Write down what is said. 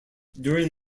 during